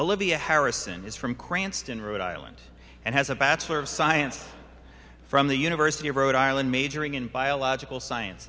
olivia harrison is from cranston rhode island and has a bachelor of science from the university of rhode island majoring in biological science